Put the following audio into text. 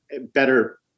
better